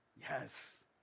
Yes